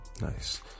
Nice